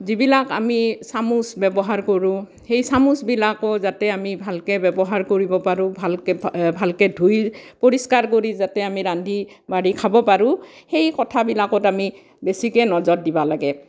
যিবিলাক আমি চামুচ ব্যৱহাৰ কৰোঁ সেই চামুচবিলাকো যাতে আমি ভালকৈ ব্যৱহাৰ কৰিব পাৰোঁ ভালকৈ এ ভালকৈ ধুই পৰিষ্কাৰ কৰি যাতে আমি ৰান্ধি বাঢ়ি খাব পাৰোঁ সেই কথাবিলাকত আমি বেছিকৈ নজৰ দিব লাগে